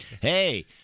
Hey